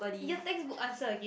!eeyer! textbook answer again